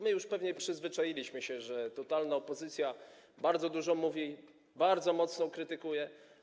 My już przyzwyczailiśmy się, że totalna opozycja bardzo dużo mówi, bardzo mocno krytykuje.